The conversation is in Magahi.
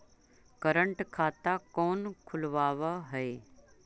करंट खाता कौन खुलवावा हई